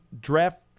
draft